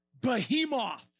Behemoth